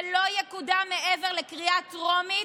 זה לא יקודם מעבר לקריאה טרומית,